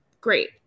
great